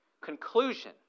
Conclusion